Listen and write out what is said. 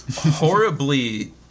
Horribly